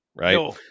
right